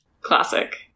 Classic